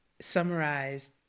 summarized